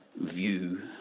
view